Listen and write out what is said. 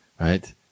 right